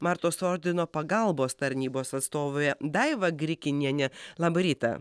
maltos ordino pagalbos tarnybos atstovė daiva grikinienė labą rytą